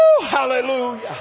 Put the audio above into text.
hallelujah